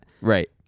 Right